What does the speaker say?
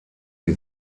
sie